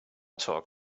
talk